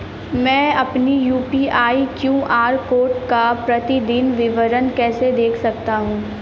मैं अपनी UPI QR code का प्रतीदीन विवरण कैसे देख सकता हूँ?